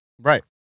Right